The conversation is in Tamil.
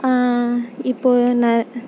இப்போது ந